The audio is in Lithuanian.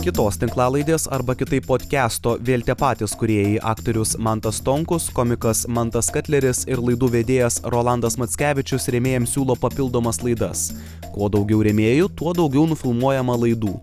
kitos tinklalaidės arba kitaip podkasto vėl tie patys kūrėjai aktorius mantas stonkus komikas mantas katleris ir laidų vedėjas rolandas mackevičius rėmėjams siūlo papildomas laidas kuo daugiau rėmėjų tuo daugiau nufilmuojama laidų